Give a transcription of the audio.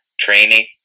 Training